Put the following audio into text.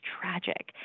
tragic